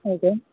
okay